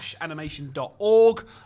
animation.org